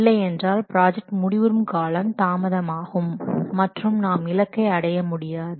இல்லை என்றால் ப்ராஜெக்ட் முடிவுறும் காலம் தாமதம் ஆகும் மற்றும் நாம் இலக்கை அடைய முடியாது